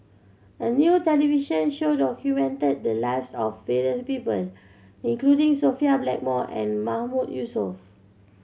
a new television show documented the lives of various people including Sophia Blackmore and Mahmood Yusof